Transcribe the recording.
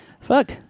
Fuck